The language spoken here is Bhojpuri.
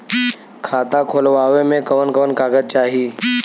खाता खोलवावे में कवन कवन कागज चाही?